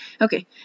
okay